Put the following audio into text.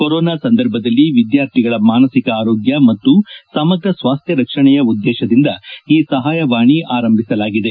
corona ಸಂದರ್ಭದಲ್ಲಿ ವಿದ್ಯಾರ್ಥಿಗಳ ಮಾನಸಿಕ ಆರೋಗ್ಯ ಮತ್ತು ಸಮಗ್ರ ಸ್ವಾಸ್ತ್ಯ ರಕ್ಷಣೆಯ ಉದ್ದೇಶದಿಂದ ಈ ಸಹಾಯವಾಣಿಯನ್ನು ಆರಂಭಿಸಲಾಗಿದೆ